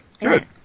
Good